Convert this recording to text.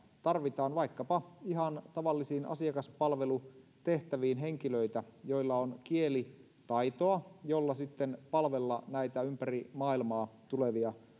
tarvitaan vaikkapa ihan tavallisiin asiakaspalvelutehtäviin henkilöitä joilla on kielitaitoa jolla sitten palvella näitä ympäri maailmaa tulevia